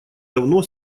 давно